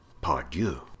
pardieu